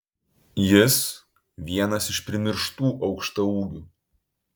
jis vienas iš primirštų aukštaūgių